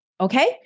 okay